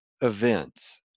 events